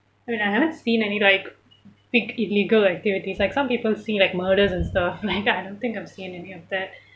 I mean I haven't seen any like sick illegal activities like some people see like murders and stuff like I don't think I've seen any of that